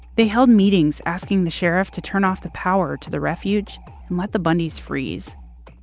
they held meetings asking the sheriff to turn off the power to the refuge and let the bundys freeze.